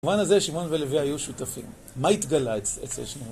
במובן הזה שמעון ולוי היו שותפים, מה התגלה אצל שמעון?